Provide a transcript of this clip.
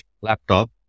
laptop